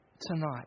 tonight